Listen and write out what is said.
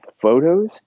photos